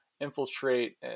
infiltrate